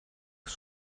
ist